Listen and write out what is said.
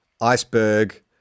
iceberg